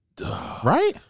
Right